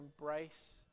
embrace